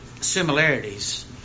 similarities